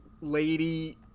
lady